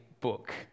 book